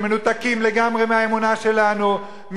שמנותקים לגמרי מהאמונה שלנו,